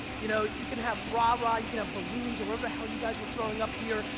you know? you could have rah-rah. you can have balloons or whatever the hell you guys were throwing up here,